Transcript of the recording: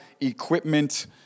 equipment